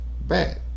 bad